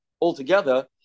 Altogether